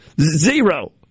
zero